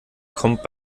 kommt